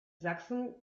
sachsen